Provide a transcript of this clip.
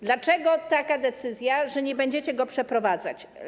Dlaczego taka decyzja, że nie będziecie go przeprowadzać?